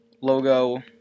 logo